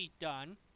done